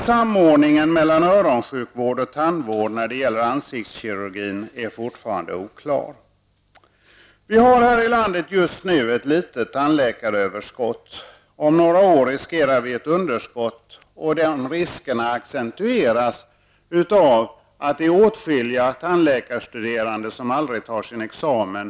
Samordningen mellan öronsjukvård och tandvård när det gäller ansiktskirurgin är fortfarande oklar. Vi har här i landet just nu ett litet tandläkaröverskott, men vi riskerar att få ett underskott om några år. Den risken accentueras av att åtskilliga tandläkarstuderande aldrig tar sin examen.